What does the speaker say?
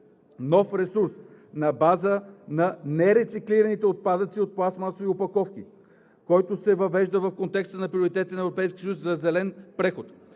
Нов ресурс на база на нерециклираните отпадъци от пластмасови опаковки, който се въвежда в контекста на приоритетите на Европейския съюз за зелен преход.